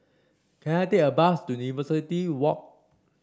can I take a bus to University Walk